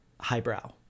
highbrow